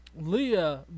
Leah